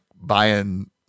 buying